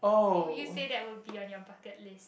who you said that would be in your bucket list